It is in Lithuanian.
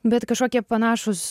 bet kažkokie panašūs